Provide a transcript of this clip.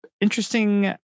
interesting